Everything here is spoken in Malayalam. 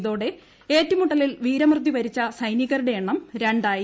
ഇതോടെ ഏറ്റുമുട്ടലിൽ വീരമൃത്യു വരിച്ച സൈനികരുടെ എണ്ണം രണ്ടായി